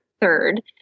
third